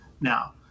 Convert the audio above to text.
now